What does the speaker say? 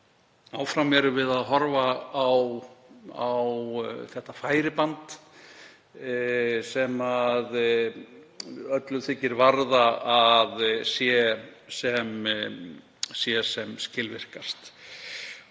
Áfram erum við að horfa á færibandið sem öllu þykir varða að sé sem skilvirkast.